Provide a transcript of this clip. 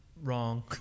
Wrong